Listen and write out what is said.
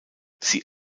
sie